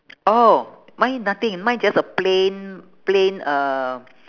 oh mine nothing mine just a plain plain uh